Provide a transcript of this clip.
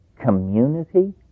community